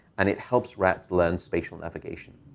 and it helps rats learn spatial navigation.